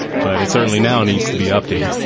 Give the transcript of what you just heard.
but it certainly now needs to be updated.